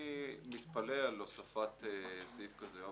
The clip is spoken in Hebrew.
אני מתפלא על הוספת סעיף כזה.